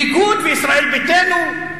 ליכוד וישראל ביתנו.